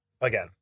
Again